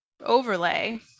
overlay